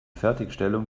fertigstellung